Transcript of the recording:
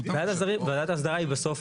ועדת ההסדרה היא בסוף